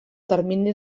termini